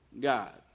God